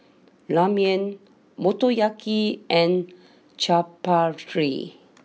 Ramen Motoyaki and Chaat Papri